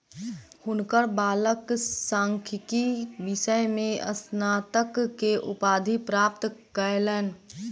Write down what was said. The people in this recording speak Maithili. हुनकर बालक सांख्यिकी विषय में स्नातक के उपाधि प्राप्त कयलैन